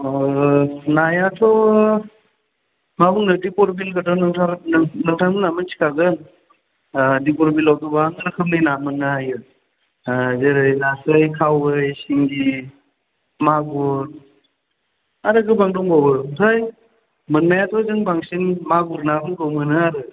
नायाथ' मा बुंनो दिपर बिलखौथ' नोंथां मोनहा मिथिखागोन दिपर बिलयाव गोबां रोखोमनि ना मोन्नो हायो जेरै नास्राय खावै सिंगि मागुर आरो गोबां दंबावो आमफाय मोननायाथ' जों बांसिन मागुर ना फोरखौ मोनो आरो